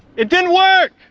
it didn't work.